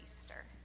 Easter